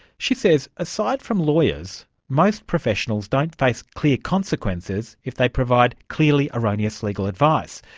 she says aside from lawyers, most professionals don't face clear consequences if they provide clearly erroneous legal advice,